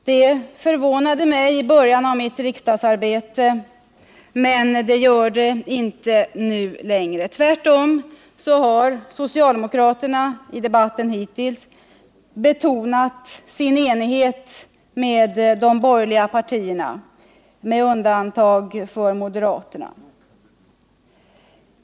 Det förvånade mig i början av mitt riksdagsarbete, men det gör det inte nu längre. Tvärtom har socialdemokraterna i debatten hittills betonat sin enighet med de borgerliga partierna, med undantag av moderaterna.